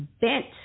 bent